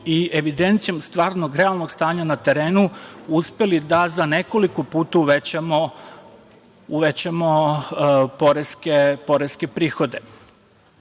i evidencijom stvarnog realnog stanja na terenu uspeli da za nekoliko puta uvećamo poreske prihode. Zaista